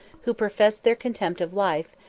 who professed their contempt of life,